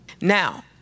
Now